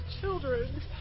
children